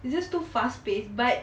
it's just too fast pace but